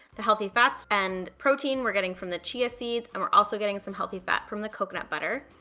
the healthy fats and protein we're getting from the chia seeds and we're also getting some healthy fat from the coconut butter.